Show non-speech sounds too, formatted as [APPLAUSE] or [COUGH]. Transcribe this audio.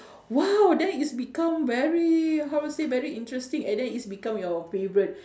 !wow! then it's becomes very how to say very interesting and then it's become your favourite [BREATH]